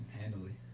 handily